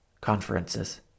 Conferences